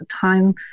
time